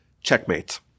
Checkmate